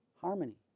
Harmony